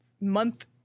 month